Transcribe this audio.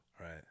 Right